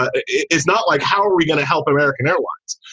it's not like how are we going to help american airlines?